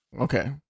okay